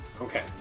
Okay